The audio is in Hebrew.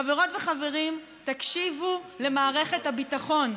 חברות וחברים, תקשיבו למערכת הביטחון.